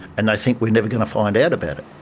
and they think we're never going to find out about it.